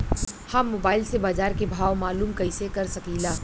हम मोबाइल से बाजार के भाव मालूम कइसे कर सकीला?